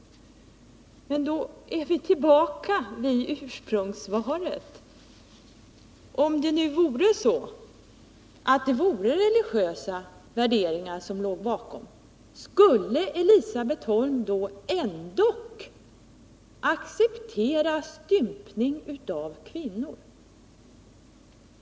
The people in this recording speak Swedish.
Men då är vi tillbaka vid ursprungsvalet. Om det nu vore religiösa värderingar som låg bakom, skulle Elisabet Holm ändock acceptera stympning av kvinnor?